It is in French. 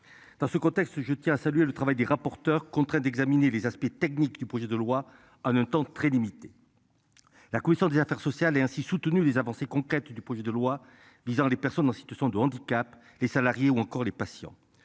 Dans ce contexte, je tiens à saluer le travail des rapporteurs contraint d'examiner les aspects techniques du projet de loi en un temps très limité. La commission des affaires sociales et ainsi soutenu les avancées concrètes du projet de loi visant les personnes en situation de handicap. Les salariés ou encore les patients